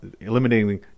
eliminating